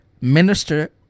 Minister